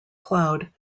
cloud